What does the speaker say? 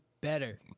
better